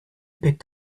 picked